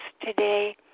today